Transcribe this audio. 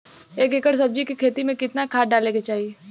एक एकड़ सब्जी के खेती में कितना खाद डाले के चाही?